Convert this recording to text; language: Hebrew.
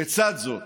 לצד זאת